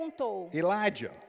Elijah